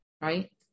right